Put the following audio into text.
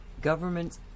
government